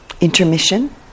intermission